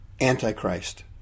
antichrist